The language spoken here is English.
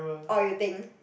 or you think